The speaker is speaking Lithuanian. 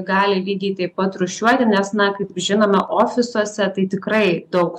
gali lygiai taip pat rūšiuoti nes na kaip žinome ofisuose tai tikrai daug